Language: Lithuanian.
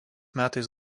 metais